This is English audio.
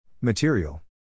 Material